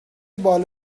بال